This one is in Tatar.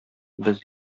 без